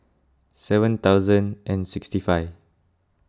seven thousand and sixty five